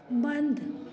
बन्द